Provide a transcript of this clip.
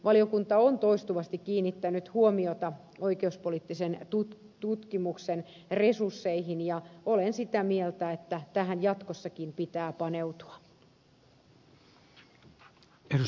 valiokunta on toistuvasti kiinnittänyt huomiota oikeuspoliittisen tutkimuksen resursseihin ja olen sitä mieltä että tähän jatkossakin pitää paneutua